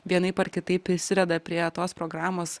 vienaip ar kitaip prisideda prie tos programos